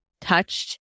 touched